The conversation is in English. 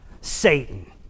Satan